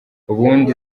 ubundi